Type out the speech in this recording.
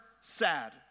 sad